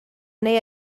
neu